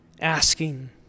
asking